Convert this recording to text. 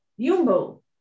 Yumbo